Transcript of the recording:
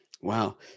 wow